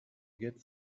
get